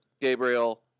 Gabriel